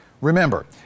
Remember